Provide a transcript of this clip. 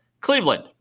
Cleveland